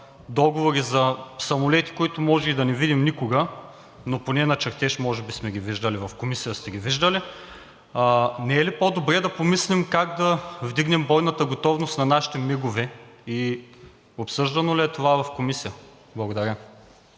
договори за самолети, които може и да не видим никога, но поне на чертеж може би сме ги виждали, в Комисията сте ги виждали – не е ли по-добре да помислим как да вдигнем бойната готовност на нашите МИГ-ове и обсъждано ли е това в Комисията? Благодаря.